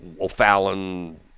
O'Fallon